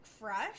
fresh